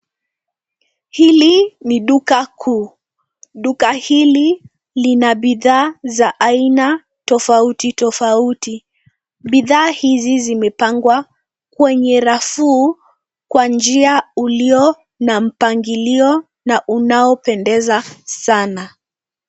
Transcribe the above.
Hili ni duka kuu. Duka hili lina bidhaa za aina tofauti tofauti. Bidhaa hizi zimepangwa kwenye rafu kwa njia ulio na mpangilio na unaopendeza sana.